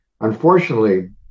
unfortunately